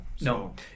no